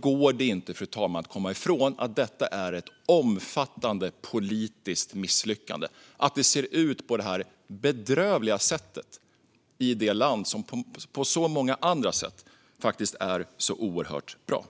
går det inte att komma ifrån att det är ett omfattande politiskt misslyckande att det ser ut på detta bedrövliga sätt i det land som på många andra sätt är så oerhört bra.